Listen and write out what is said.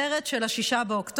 סרט של 6 באוקטובר,